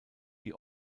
die